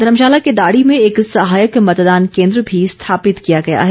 धर्मशाला के दाड़ी में एक सहायक मतदान केन्द्र भी स्थापित किया गया है